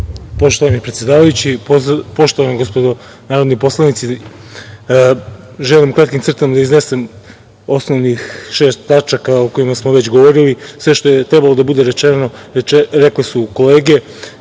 Poštovani predsedavajući, poštovana gospodo narodni poslanici, želim u kratkim crtama da iznesem osnovnih šest tačaka o kojima smo već govorili. Sve što je trebalo da bude rečeno, rekle su kolege.